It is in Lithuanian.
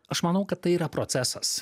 aš manau kad tai yra procesas